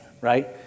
right